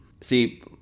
See